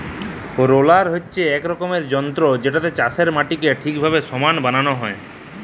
roller হছে ইক রকমের যল্তর যেটতে চাষের মাটিকে ঠিকভাবে সমাল বালাল হ্যয়